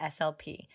SLP